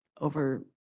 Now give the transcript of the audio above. over